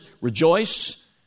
Rejoice